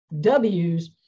W's